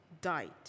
died